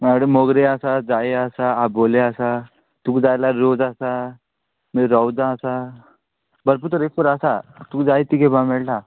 म्हाजे कडेन मोगरी आसा जायो आसा आबोली आसा तुका जाय जाल्यार रोज आसा मागीर रोझां आसा भरपूर तरें फुलां आसा तुका जाय तीं घेवपा मेळटा